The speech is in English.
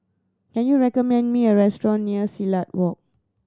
can you recommend me a restaurant near Silat Walk